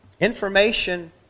information